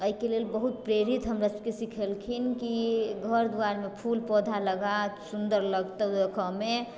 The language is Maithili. अयके लेल बहुत प्रेरित हमरा सबके सीखेलखिन की घर द्वारमे फूल पौधा लगा सुन्दर लगतौ देखैमे